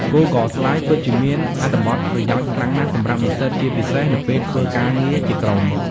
Google Slides ពិតជាមានអត្ថបទប្រយោជន៍ខ្លាំងណាស់សម្រាប់និស្សិត ជាពិសេសនៅពេលធ្វើការងារជាក្រុម។